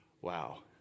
wow